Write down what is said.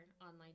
online